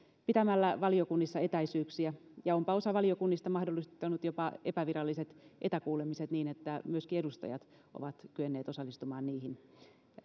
pitämällä valiokunnissa etäisyyksiä ja onpa osa valiokunnista mahdollistanut jopa epäviralliset etäkuulemiset niin että myöskin edustajat ovat kyenneet osallistumaan niihin